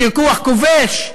ככוח כובש,